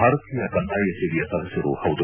ಭಾರತೀಯ ಕಂದಾಯ ಸೇವೆಯ ಸದಸ್ಯರೂ ಹೌದು